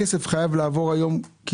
הכסף חייב לעבור היום.